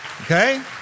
Okay